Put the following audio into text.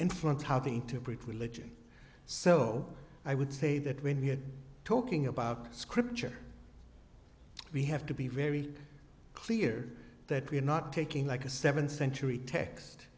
influence how they interpret religion so i would say that when you're talking about scripture we have to be very clear that we're not taking like a seventh century text